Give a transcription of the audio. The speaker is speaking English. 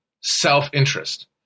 self-interest